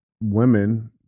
women